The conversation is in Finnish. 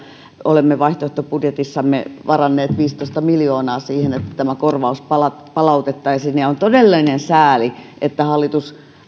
olemme vaihtoehtobudjetissamme varanneet viisitoista miljoonaa siihen että tämä korvaus palautettaisiin ja on todellinen sääli että hallitus